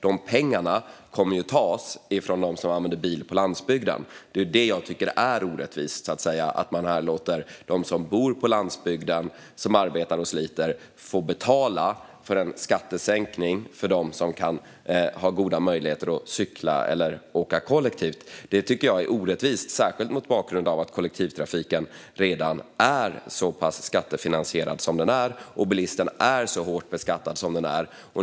De pengarna kommer att tas från dem som använder bil på landsbygden. Det är detta jag tycker är orättvist. Man låter dem som bor på landsbygden och som arbetar och sliter få betala för en skattesänkning för dem som har goda möjligheter att cykla eller åka kollektivt. Det tycker jag är orättvist, särskilt mot bakgrund av att kollektivtrafiken redan är så pass skattefinansierad som den är och bilisterna är så hårt beskattade som de är.